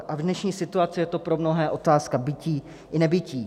A v dnešní situaci je to pro mnohé otázka bytí i nebytí.